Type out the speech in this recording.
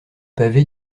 pavé